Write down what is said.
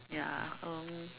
ya um